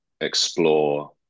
explore